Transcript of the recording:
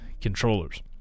controllers